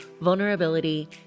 vulnerability